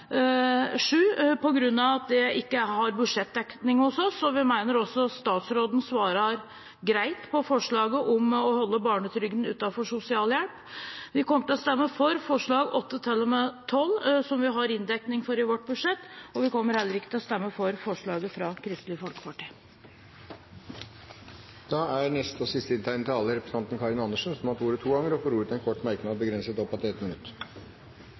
at dette ikke har budsjettdekning hos oss. Vi mener også at statsråden svarer greit på forslaget om å holde barnetrygden utenfor sosialhjelp. Vi kommer til å stemme for forslagene nr. 8–12, som vi har inndeknig for i vårt budsjett. Vi kommer ikke til å stemme for forslaget fra Kristelig Folkeparti. Representanten Karin Andersen har hatt ordet to ganger tidligere i debatten og får ordet til en kort merknad, begrenset til 1 minutt.